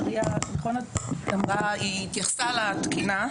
מריה התייחסה לתקינה.